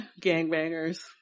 gangbangers